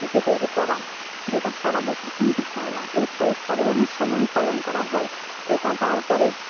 পিঠে তৈরি করা যেটা সারা বছর কিন্তু হয় না এই পৌষপার্বণের সময়ই পালন করা হয় এটা যাওয়ার পরে